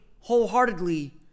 wholeheartedly